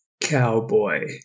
Cowboy